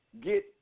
Get